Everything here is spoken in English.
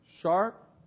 Sharp